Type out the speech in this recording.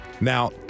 Now